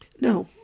No